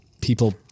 people